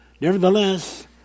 Nevertheless